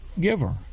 giver